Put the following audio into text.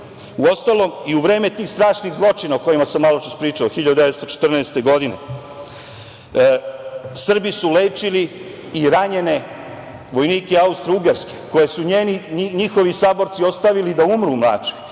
biti. Uostalom, i u vreme tih strašnih zločina o kojima sam maločas pričao, 1914. godine, Srbi su lečili i ranjene vojnike Austrougarske koje su njihovi saborci ostavili da umru u Mačvi.